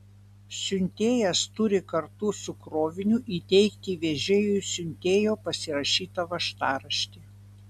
siuntėjas turi kartu su kroviniu įteikti vežėjui siuntėjo pasirašytą važtaraštį